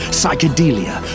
psychedelia